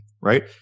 right